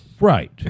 Right